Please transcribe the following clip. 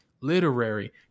literary